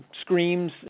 screams